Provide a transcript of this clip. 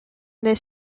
this